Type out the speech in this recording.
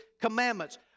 commandments